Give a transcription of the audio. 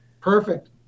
Perfect